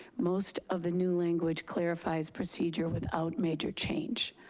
most of the new language clarifies procedure without major change.